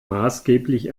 maßgeblich